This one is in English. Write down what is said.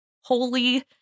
holy